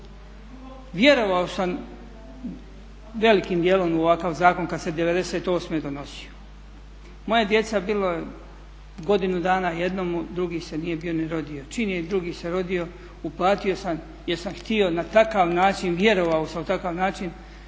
Vjerovao sam velikim dijelom u ovakav zakon kada se '98. donosio. Moja djeca bilo je godinu dana jednom, drugi se nije bio ni rodio. Čim je drugi se rodio uplatio sam jer sam htio na takav način, vjerovao sam u takav način